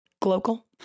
global